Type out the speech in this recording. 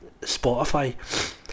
Spotify